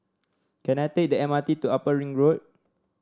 can I take the M R T to Upper Ring Road